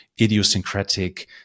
idiosyncratic